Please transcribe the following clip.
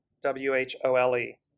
W-H-O-L-E